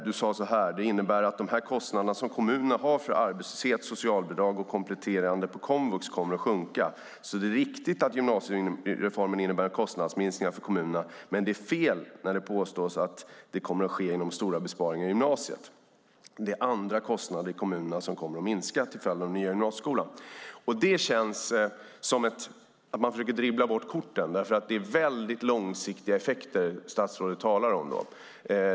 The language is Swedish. Du sade så här: Det innebär att de kostnader som kommunerna har för arbetslöshet, socialbidrag och kompletterande på komvux kommer att sjunka, så det är riktigt att gymnasiereformen innebär kostnadsminskningar för kommunerna. Men det är fel när det påstås att det kommer att ske genom stora besparingar i gymnasiet. Det är andra kostnader i kommunerna som kommer att minska till följd av den nya gymnasieskolan. Det känns som att man försöker dribbla bort korten. Det är nämligen väldigt långsiktiga effekter statsrådet talar om.